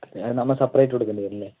നമ്മൾ സെപ്പറേറ്റ് കൊടുക്കേണ്ടി വരില്ലേ